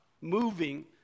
moving